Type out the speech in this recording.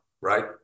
right